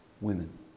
women